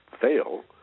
fail